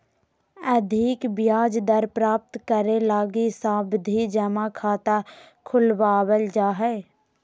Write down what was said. अधिक ब्याज दर प्राप्त करे लगी सावधि जमा खाता खुलवावल जा हय